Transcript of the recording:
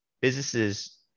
businesses